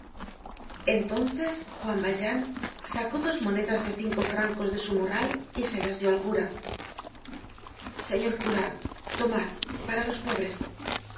entonces juan valjean sacó dos monedas de cinco francos de su morral y se las dió al cura señor cura tomad para los pobres